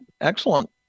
Excellent